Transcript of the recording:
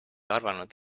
arvanud